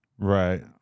Right